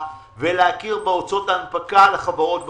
ולהכיר בהוצאות ההנפקה לחברות בבורסה.